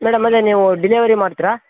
madam ಅದೇ ನೀವು delivery ಮಾಡ್ತ್ರ